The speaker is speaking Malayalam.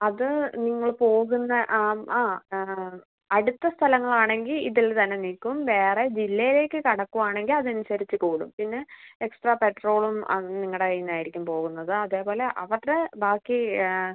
അത് നിങ്ങൾ പോകുന്ന ആ അ അടുത്ത സ്ഥലങ്ങളാണെങ്കിൽ ഇതിൽ തന്നെ നിൽക്കും വേറെ ജില്ലയിലേക്ക് കടക്കുകയാണെങ്കിൽ അത് അനുസരിച്ച് കൂടും പിന്നെ എക്സ്ട്രാ പെട്രോളും അത് നിങ്ങളുടെ കൈയിൽ നിന്നായിരിക്കും പോവുന്നത് അതേപോലെ അവരുടെ ബാക്കി